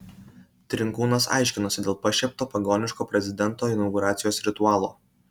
trinkūnas aiškinosi dėl pašiepto pagoniško prezidento inauguracijos ritualo